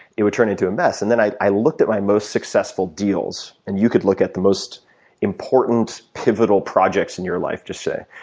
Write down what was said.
it would turn into a mess. and then i i looked at my most successful deals, and you could look at the most important pivotal projects in your life just say,